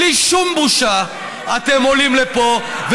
בלי שום בושה אתם עולים לפה,